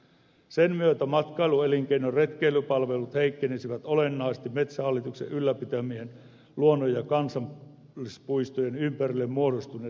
sen myötä matkailuelinkeinon retkeilypalvelut heikkenisivät olennaisesti metsähallituksen ylläpitämien luonnon ja kansallispuistojen ympärille muodostuneessa matkailussa